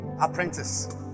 apprentice